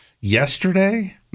Yesterday